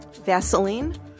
Vaseline